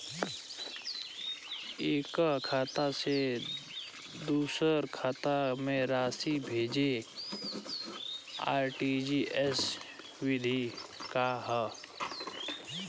एकह खाता से दूसर खाता में राशि भेजेके आर.टी.जी.एस विधि का ह?